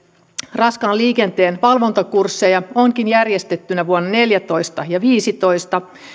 raskaan liikenteen valvontakursseja onkin järjestetty vuonna neljätoista ja viisitoista